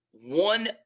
One